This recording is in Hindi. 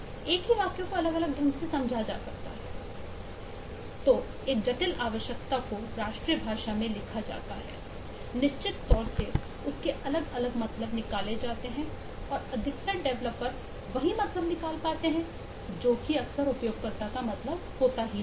एक ही वाक्य को अलग अलग ढंग से समझा जा सकता है तुझे एक जटिल आवश्यकता को राष्ट्रीय भाषा में लिखा जाता है निश्चित तौर से उसके अलग अलग मतलब निकाले जाते हैं और अधिकतर डेवलपर वही मतलब निकाल पाते हैं जो उपयोगकर्ता का मतलब नहीं था